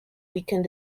weakened